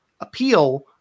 appeal